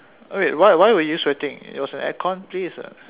oh wait why were you sweating it was an air con place [what]